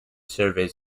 surveys